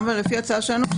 גם לפי ההצעה שלנו,